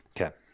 Okay